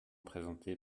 présenté